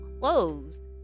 closed